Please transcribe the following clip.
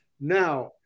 Now